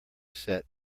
set